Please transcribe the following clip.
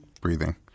breathing